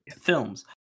films